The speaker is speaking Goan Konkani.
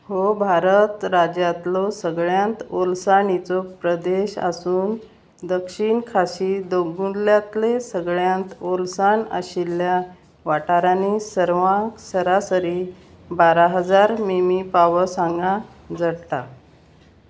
हो भारत राज्यांतलो सगळ्यांत ओलसाणीचो प्रदेश आसून दक्षीण खाशी दोंगुल्ल्यांतले सगळ्यांत ओलसाण आशिल्ल्या वाठारांनी सर्वांक सरासरी बारा हजार मिमी पावस हांगा जडटा